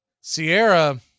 Sierra